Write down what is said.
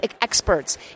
experts